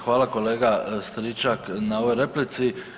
Hvala kolega Stričak na ovoj replici.